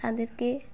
তাদেরকে